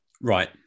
Right